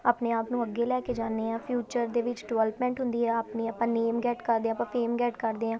ਆਪਣੇ ਆਪ ਨੂੰ ਅੱਗੇ ਲੈ ਕੇ ਜਾਂਦੇ ਹਾਂ ਫਿਊਚਰ ਦੇ ਵਿੱਚ ਡਿਵੈਲਪਮੈਂਟ ਹੁੰਦੀ ਆ ਆਪਣੀ ਆਪਾਂ ਨੇਮ ਗੈਟ ਕਰਦੇ ਹਾਂ ਆਪਾਂ ਫੇਮ ਗੈਟ ਕਰਦੇ ਹਾਂ